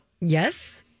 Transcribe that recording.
Yes